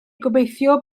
gobeithio